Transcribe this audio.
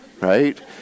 Right